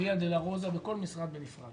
ויה-דולורוזה בכל משרד ומשרד.